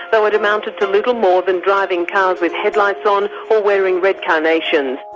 though it amounted to little more than driving cars with headlights on or wearing red carnations.